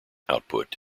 output